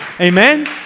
Amen